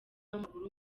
w’amaguru